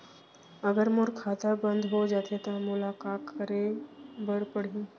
अगर मोर खाता बन्द हो जाथे त मोला का करे बार पड़हि?